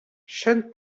sean